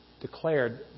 declared